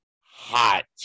hot